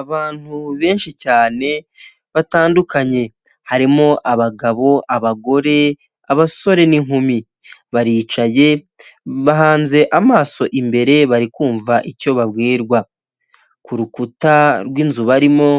Abantu benshi cyane batandukanye harimo abagabo, abagore, abasore n'inkumi, baricaye bahanze amaso imbere bari kumva icyo babwirwa, ku rukuta rw'inzu barimo